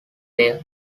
there